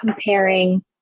comparing